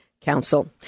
Council